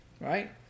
right